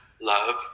love